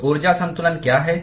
तो ऊर्जा संतुलन क्या है